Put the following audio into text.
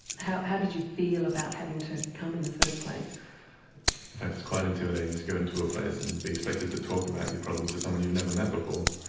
how how did you feel about having to come in the first place? in fact it's quite intimidating to go into a place and be expected to talk about your problems to someone you've never met before.